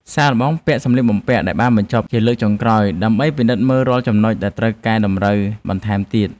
សាកល្បងពាក់សម្លៀកបំពាក់ដែលបានបញ្ចប់ជាលើកចុងក្រោយ ដើម្បីពិនិត្យមើលរាល់ចំណុចដែលត្រូវកែតម្រូវបន្ថែមទៀត។